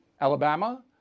Alabama